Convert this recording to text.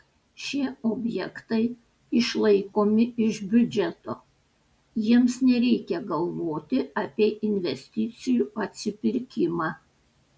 šie objektai išlaikomi iš biudžeto jiems nereikia galvoti apie investicijų atsipirkimą